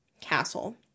Castle